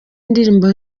indirimbo